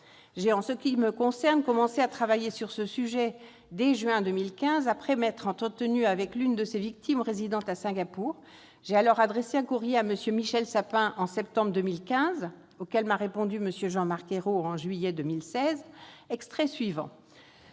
J'ai, en ce qui me concerne, commencé à travailler sur ce sujet dès juin 2015, après m'être entretenue avec l'une de ces victimes résidant à Singapour. J'ai alors adressé un courrier à M. Michel Sapin, en septembre 2015, auquel a répondu M. Jean-Marc Ayrault en juillet 2016. Je vous